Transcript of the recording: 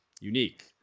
unique